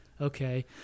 Okay